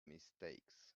mistakes